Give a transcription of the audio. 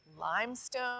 limestone